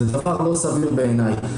זה דבר לא סביר בעיניי.